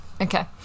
okay